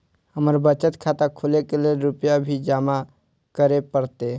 हमर बचत खाता खोले के लेल रूपया भी जमा करे परते?